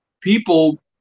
people